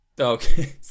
okay